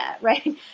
right